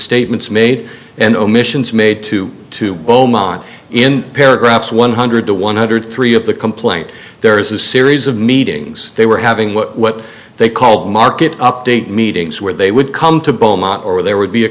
statements made and omissions made to to beaumont in paragraphs one hundred to one hundred three of the complaint there is a series of meetings they were having what they called market update meetings where they would come to beaumont or there would be a